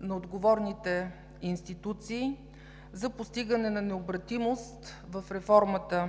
на отговорните институции за постигане на необратимост в реформата